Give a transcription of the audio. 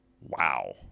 Wow